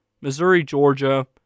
Missouri-Georgia